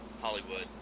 Hollywood